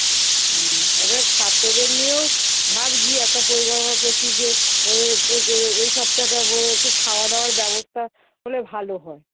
হ্যাঁ হ্যাঁ এবার ছাত্রদের নিয়েও ভাবজি একটা পরিকল্পনা করছি যে ও ওই সপ্তাহটা বোধহয় একটু খাওয়া দাওয়ার ব্যবস্থা হলে ভালো হয়